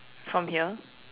from here